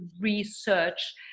research